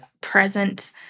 present